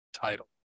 title